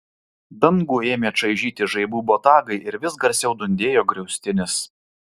dangų ėmė čaižyti žaibų botagai ir vis garsiau dundėjo griaustinis